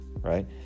right